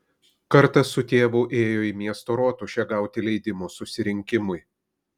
kartą su tėvu ėjo į miesto rotušę gauti leidimo susirinkimui